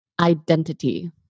Identity